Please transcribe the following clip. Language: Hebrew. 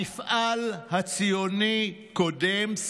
המפעל הציוני קודם".